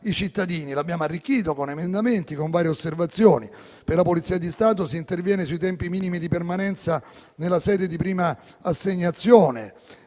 i cittadini. Abbiamo arricchito il testo, con emendamenti e con varie osservazioni. Per la Polizia di Stato si interviene sui tempi minimi di permanenza nella sede di prima assegnazione